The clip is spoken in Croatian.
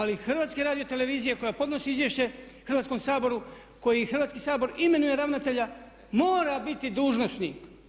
Ali HRT-a koja podnosi izvješće Hrvatskom saboru koji Hrvatski sabor imenuje ravnatelja mora biti dužnosnik.